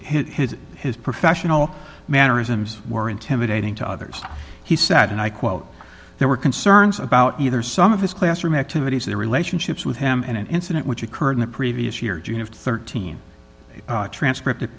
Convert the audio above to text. his his professional mannerisms were intimidating to others he said and i quote there were concerns about either some of his classroom activities their relationships with him and an incident which occurred in the previous year june of thirteen transcript